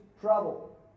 trouble